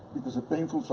because a painful so